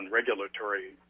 regulatory